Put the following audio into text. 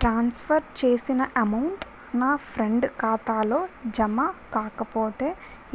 ట్రాన్స్ for చేసిన amount నా friend ఖాతాలో జమ కాకపొతే